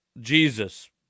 Jesus